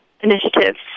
initiatives